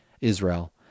Israel